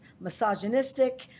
misogynistic